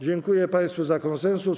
Dziękuję państwu za konsensus.